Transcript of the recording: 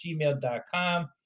gmail.com